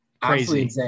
Crazy